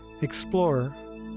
explorer